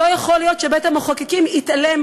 לא יכול להיות שבית-המחוקקים יתעלם